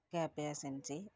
cab agency